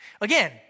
Again